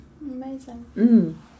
amazing